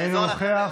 אינו נוכח,